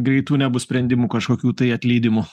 greitų nebus sprendimų kažkokių tai atleidimų